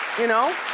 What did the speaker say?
you know?